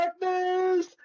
darkness